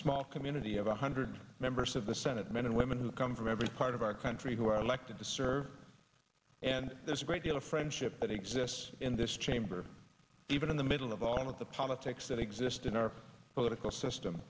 small community of one hundred members of the senate men and women who come from every part of our country who are elected to serve and there's a great deal of friendship that exists in this chamber even in the middle of all of the politics that exist in our political system